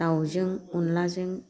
दाउजों अनलाजों